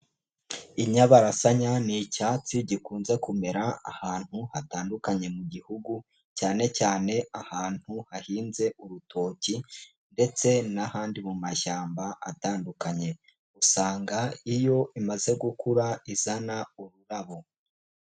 Inyabarasanya ni icyatsi gikunze kumera ahantu hatandukanye mu gihugu, cyane cyane ahantu hahinze urutoki ndetse n'ahandi mu mashyamba atandukanye. Usanga iyo imaze gukura izana ururabo.